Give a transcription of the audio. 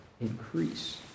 increase